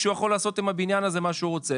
כשהוא יכול לעשות עם הבניין הזה מה שהוא רוצה.